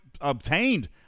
obtained